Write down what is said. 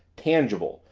tangible,